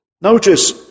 Notice